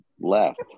left